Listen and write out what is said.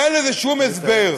אין לזה שום הסבר.